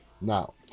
Now